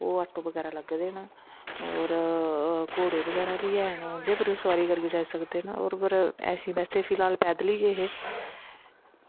ओह् आटो बगैरा लग्गे दे न होर घोड़े बगैरा बी हैन उंदे पर सोआरी करियै जाई सकद न और अस फिल्हाल पैद्दल गै गे हे